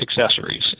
accessories